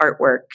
artwork